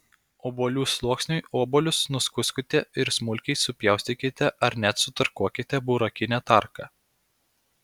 obuolių sluoksniui obuolius nuskuskite ir smulkiai supjaustykite ar net sutarkuokite burokine tarka